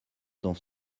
dans